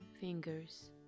fingers